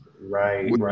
Right